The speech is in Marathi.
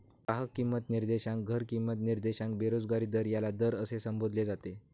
ग्राहक किंमत निर्देशांक, घर किंमत निर्देशांक, बेरोजगारी दर याला दर असे संबोधले जाते